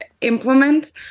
implement